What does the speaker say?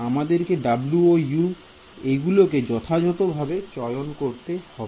আমাদেরকে w ও u গুলিকে যথাযথভাবে চয়ন করতে হবে